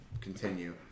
continue